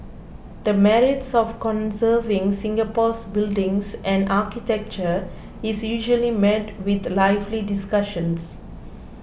the merits of conserving Singapore's buildings and architecture is usually met with lively discussions